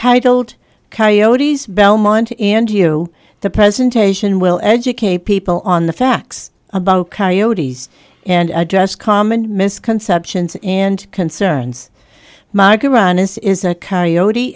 titled coyote's belmont and you the presentation will educate people on the facts about coyotes and address common misconceptions and concerns micron is is a coyote